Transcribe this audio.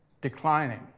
declining